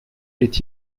est